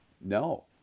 no